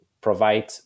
provide